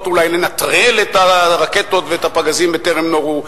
אולי לנטרל את הרקטות ואת הפגזים בטרם נורו,